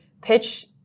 pitch